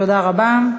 תודה רבה.